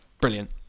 brilliant